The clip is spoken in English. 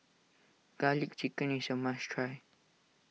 Garlic Chicken is a must try